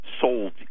sold